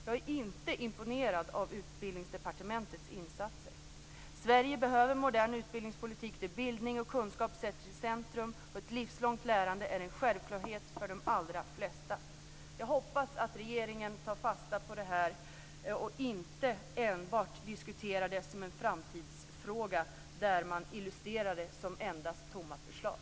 Jag är inte imponerad av Utbildningsdepartementets insatser. Sverige behöver modern utbildningspolitik där bildning och kunskap sätts i centrum och ett livslångt lärande är en självklarhet för de allra flesta. Jag hoppas att regeringen tar fasta på det och inte enbart diskuterar det som en framtidsfråga och illustrerar det med endast tomma förslag.